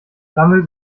damit